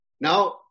Now